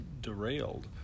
derailed